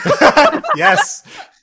Yes